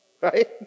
right